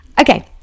okay